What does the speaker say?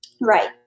Right